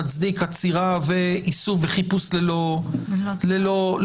מצדיק עצירה ואיסוף וחיפוש ללא צו.